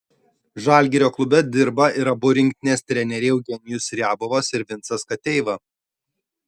žalgirio klube dirba ir abu rinktinės treneriai eugenijus riabovas ir vincas kateiva